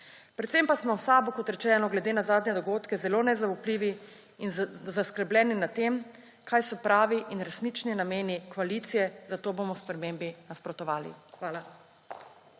Predvsem pa smo v SAB, kot rečeno, glede na zadnje dogodke zelo nezaupljivi in zaskrbljeni nad tem, kaj so pravi in resnični nameni koalicije, zato bomo spremembi nasprotovali. Hvala.